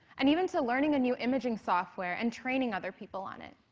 and even to learning a new imaging software and training other people on it.